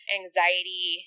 anxiety